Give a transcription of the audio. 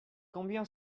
combien